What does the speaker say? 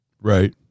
Right